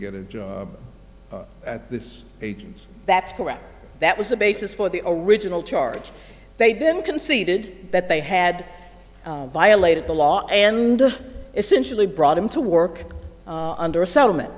get a job at this age that's correct that was the basis for the original charge they'd been conceded that they had violated the law and essentially brought him to work under a settlement